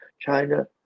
China